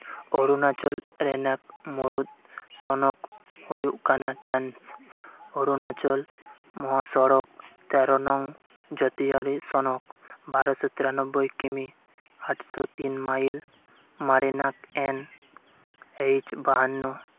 ᱚᱨᱩᱱᱟᱪᱚᱞ ᱨᱮᱱᱟᱜ ᱢᱩᱲᱩᱫ ᱥᱚᱱᱚᱠ ᱦᱩᱭᱩᱜ ᱠᱟᱱᱟ ᱴᱨᱟᱱᱥ ᱚᱨᱩᱱᱟᱪᱚᱞ ᱢᱚᱦᱟ ᱥᱚᱲᱚᱠ ᱛᱮᱨᱚ ᱱᱚᱝ ᱡᱟᱹᱛᱤᱭᱟᱹᱨᱤ ᱥᱚᱱᱚᱠ ᱵᱟᱨᱚᱥᱚ ᱛᱤᱨᱟᱱᱚᱵᱵᱚᱭ ᱠᱤᱢᱤ ᱟᱴᱥᱚ ᱛᱤᱱ ᱢᱟᱭᱤᱞ ᱢᱟᱨᱮᱱᱟᱜ ᱮᱱ ᱮᱭᱤᱪ ᱵᱟᱦᱟᱱᱱᱚ